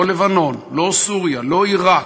לא לבנון, לא סוריה, לא עיראק,